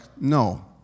no